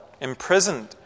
imprisoned